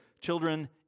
children